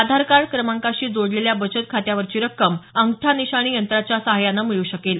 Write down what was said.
आधार card क्रमांकाशी जोडलेल्या बचत खात्यावरची रक्कम अंगठा निशाणी यंत्राच्या सहाय्यानं मिळू शकेल